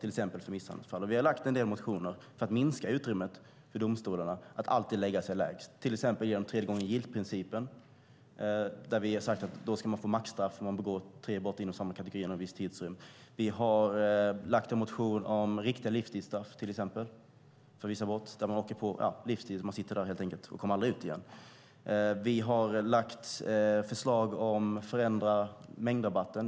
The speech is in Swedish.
Vi har väckt en del motioner för att minska utrymmet för domstolarna att alltid lägga sig lägst, till exempel genom tredje-gången-gillt-principen, det vill säga att man ska få maxstraff om man begår tre brott i samma kategori inom en viss tidsrymd. Vi har väckt en motion om riktiga livstidsstraff för vissa brott. Man åker in på livstid, sitter där och kommer helt enkelt aldrig ut igen. Vi har lagt fram förslag om att förändra mängdrabatten.